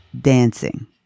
dancing